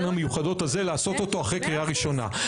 המיוחדות האלה לעשות אותו אחרי קריאה ראשונה.